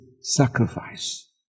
sacrifice